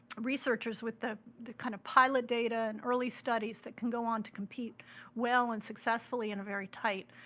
researchers with the the kind of pilot data, and early studies that can go on to compete well and successfully in a very tight